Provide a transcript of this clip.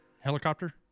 helicopter